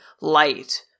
light